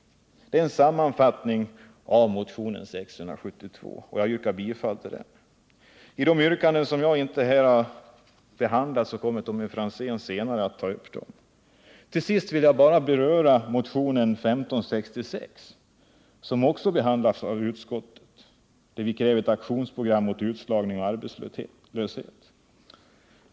Det är en sammanfattning av motionen 672, och jag yrkar bifall till denna motion. De yrkanden som jag inte har behandlat här kommer Tommy Franzén senare att ta upp. Till sist vill jag bara beröra motionen 1566, som också har behandlats i utskottet och där vi kräver ett aktionsprogram mot utslagning och arbetslöshet.